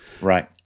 Right